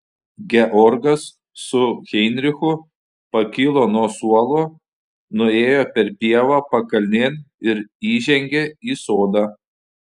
georgas su heinrichu pakilo nuo suolo nuėjo per pievą pakalnėn ir įžengė į sodą